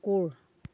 কুকুৰ